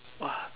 !wah!